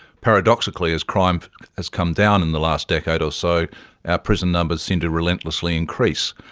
paradoxically, as crime has come down in the last decade or so, our prison numbers seem to relentlessly increase.